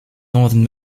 northern